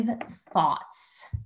thoughts